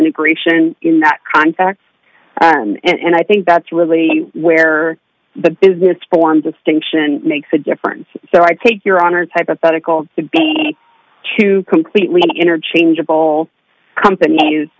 integration in that context and i think that's really where the business form distinction makes a difference so i take your honour's hypothetical again to completely interchangeable companies